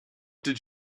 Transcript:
did